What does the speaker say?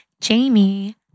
Jamie